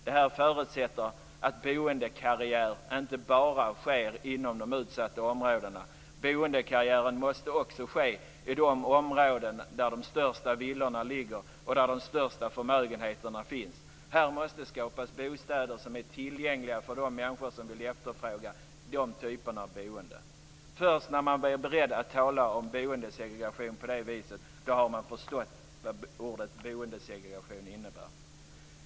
Detta förutsätter att boendekarriären inte bara sker inom de utsatta områdena. Boendekarriären måste också ske i de områden där de största villorna ligger och där de största förmögenheterna finns. Här måste det skapas bostäder som är tillgängliga för de människor som vill efterfråga dessa typer av boende. Först när man är beredd att tala om boendesegregation på det sättet har man förstått vad ordet boendesegregation innebär.